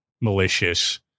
malicious